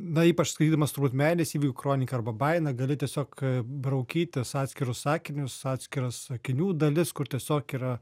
na ypač skaidydamas turbūt meilės įvykių kroniką arba bainą gali tiesiog braukytis atskirus sakinius atskiras sakinių dalis kur tiesiog yra